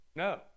No